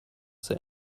sit